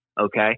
Okay